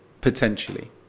Potentially